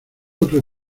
otro